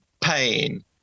pain